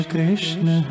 Krishna